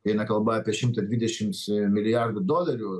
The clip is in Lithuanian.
eina kalba apie šimta dvidešims milijardų dolerių